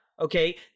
Okay